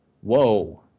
whoa